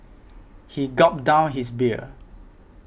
he gulped down his beer